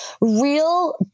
real